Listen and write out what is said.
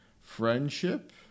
friendship